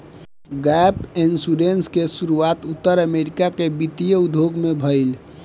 gap insurance के शुरुआत उत्तर अमेरिका के वित्तीय उद्योग में भईल